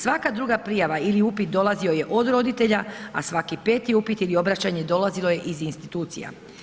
Svaka druga prijava ili upit dolazio je od roditelja, a svaki peti upit ili obraćanje dolazilo je iz institucija.